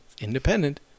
Independent